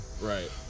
Right